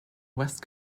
west